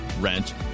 rent